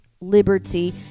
liberty